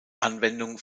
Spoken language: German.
anwendung